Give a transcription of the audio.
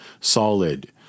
solid